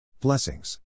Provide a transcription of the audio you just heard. Blessings